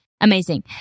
Amazing